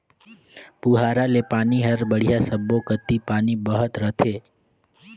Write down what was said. पुहारा ले पानी हर बड़िया सब्बो कति पानी बहत रथे